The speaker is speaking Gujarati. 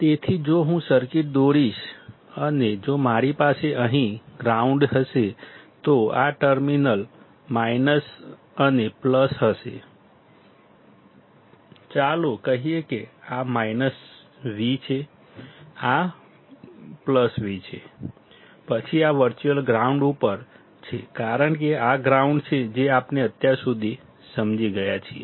તેથી જો હું સર્કિટ દોરીશ અને જો મારી પાસે અહીં ગ્રાઉન્ડ હશે તો આ ટર્મિનલ માઇનસ અને પ્લસ હશે ચાલો કહીએ કે આ V છે આ V છે પછી આ વર્ચ્યુઅલ ગ્રાઉન્ડ ઉપર છે કારણ કે આ ગ્રાઉન્ડ છે જે આપણે અત્યાર સુધી સમજી ગયા છીએ